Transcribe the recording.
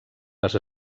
les